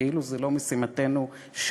כאילו זו לא משימתנו שלנו,